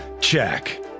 Check